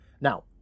Now